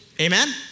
Amen